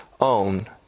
own